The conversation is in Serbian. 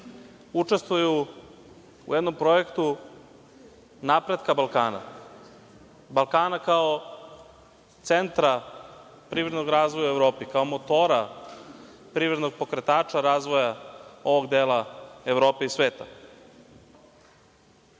učestvuju u jednom projektu napretka Balkana, Balkana kao centra privrednog razvoja u Evropi, kao motora, kao privrednog pokretača razvoja ovog dela Evrope i sveta. Čuo